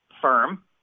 firm